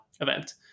event